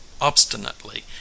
obstinately